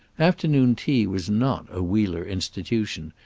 afternoon tea was not a wheeler institution,